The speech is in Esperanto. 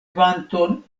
kvanton